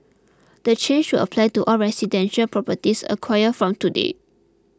the change will apply to all residential properties acquired from today